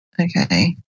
Okay